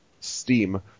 Steam